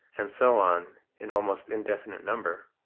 and so on in almost indefinite number.